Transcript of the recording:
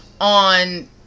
on